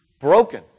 broken